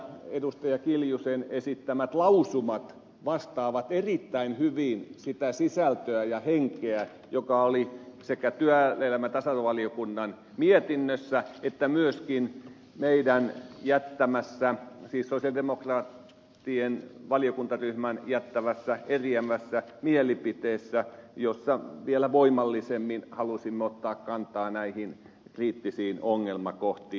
anneli kiljusen esittämät lausumat vastaavat erittäin hyvin sitä sisältöä ja henkeä joka oli sekä työelämä ja tasa arvovaliokunnan mietinnössä että myöskin meidän jättämässämme siis sosialidemokraattien valiokuntaryhmän jättämässä eriävässä mielipiteessä jossa vielä voimallisemmin halusimme ottaa kantaa näihin kriittisiin ongelmakohtiin